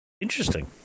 Interesting